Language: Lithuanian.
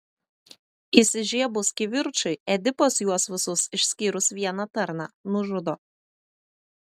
įsižiebus kivirčui edipas juos visus išskyrus vieną tarną nužudo